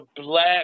black